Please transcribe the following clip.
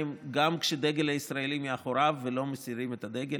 גם כשהדגל הישראלי מאחוריו ולא מסירים את הדגל.